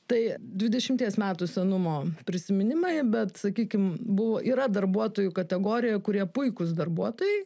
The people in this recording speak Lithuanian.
tai dvidešimties metų senumo prisiminimai bet sakykim buvo yra darbuotojų kategorija kurie puikūs darbuotojai